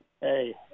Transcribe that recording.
Hey